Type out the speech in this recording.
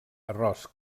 arròs